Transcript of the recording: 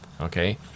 okay